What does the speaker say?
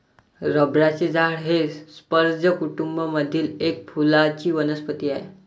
रबराचे झाड हे स्पर्ज कुटूंब मधील एक फुलांची वनस्पती आहे